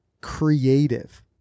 creative